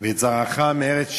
ואת זרעך מארץ שִׁבְיָם".